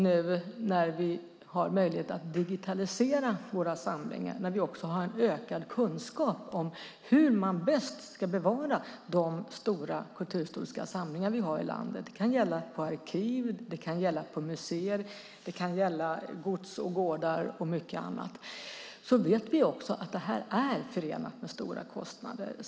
När vi har möjlighet att digitalisera våra samlingar och också har ökad kunskap om hur man bäst ska bevara de stora kulturhistoriska samlingar vi har i landet - det kan gälla på arkiv, på museer, på gods och gårdar och mycket annat - vet vi att det är förenat med stora kostnader.